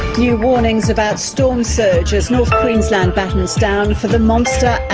new warnings about storm surge as north queensland battens down for the monster